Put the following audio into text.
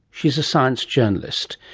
she is a science journalist.